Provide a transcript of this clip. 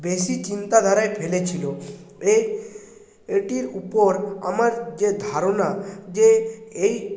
বেশি চিন্তাধারায় ফেলেছিল এ এটির উপর আমার যে ধারণা যে এই